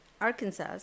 Arkansas